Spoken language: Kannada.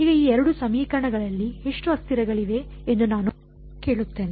ಈಗ ಈ 2 ಸಮೀಕರಣಗಳಲ್ಲಿ ಎಷ್ಟು ಅಸ್ಥಿರಗಳಿವೆ ಎಂದು ನಾನು ಕೇಳುತ್ತೇನೆ